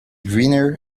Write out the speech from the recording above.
greener